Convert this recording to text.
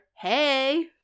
hey